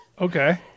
okay